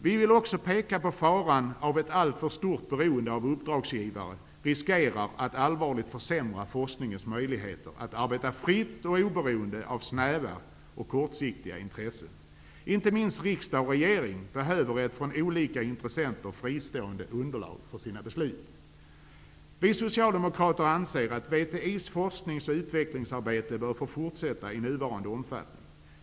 Vi vill också peka på faran här, nämligen att ett alltför stort beroende av uppdragsgivare riskerar att forskningens möjligheter allvarligt försämras när det gäller att arbeta fritt och oberoende av snäva och kortsiktiga intressen. Inte minst riksdag och regering behöver ett från olika intressenter fristående underlag för sina beslut. Vi socialdemokrater anser att VTI:s forskningsoch utvecklingsarbete bör få fortsätta i nuvarande omfattning.